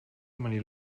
many